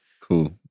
Cool